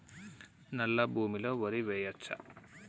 నల్లా భూమి లో వరి వేయచ్చా?